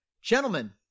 Gentlemen